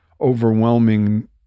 overwhelming